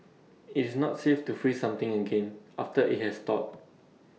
IT is not safe to freeze something again after IT has thawed